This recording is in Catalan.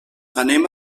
anem